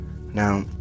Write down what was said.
Now